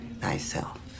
thyself